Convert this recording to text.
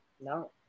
No